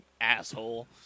Asshole